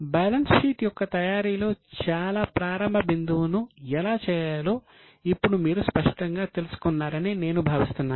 balance sheet యొక్క తయారీలో చాలా ప్రారంభ బిందువును ఎలా చేయాలో ఇప్పుడు మీరు స్పష్టంగా తెలుసుకున్నారని నేను భావిస్తున్నాను